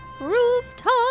Rooftop